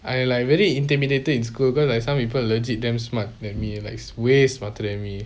I like very intimidated in school cause like some people legit damn smart than me like way smarter than me